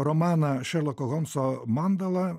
romaną šerloko holmso mandalą